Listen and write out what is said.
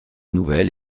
nouvelle